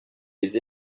les